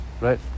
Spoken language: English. right